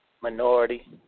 minority